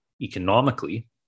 economically